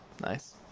Nice